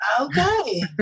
Okay